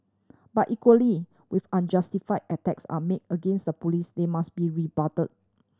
but equally with unjustified attacks are made against the Police they must be rebutted